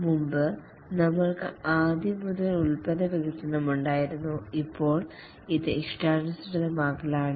മുമ്പ് നമ്മൾക്ക് ആദ്യം മുതൽ ഉൽപ്പന്ന വികസനം ഉണ്ടായിരുന്നു ഇപ്പോൾ ഇത് ഇഷ്ടാനുസൃതമാക്കലാണ്